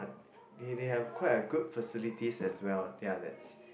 they they have quite a good facilities as well ya that's